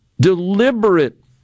deliberate